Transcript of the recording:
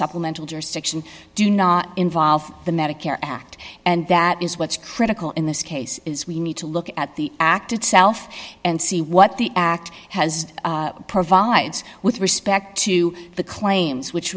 supplemental jurisdiction do not involve the medicare act and that is what's critical in this case is we need to look at the act itself and see what the act has provides with respect to the claims which